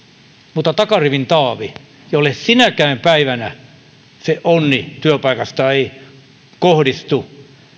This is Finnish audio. mutta takarivin taavi jolle sinäkään päivänä se onni työpaikasta ei kohdistu